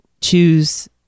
choose